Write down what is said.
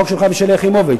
החוק שלך ושל שלי יחימוביץ.